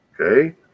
Okay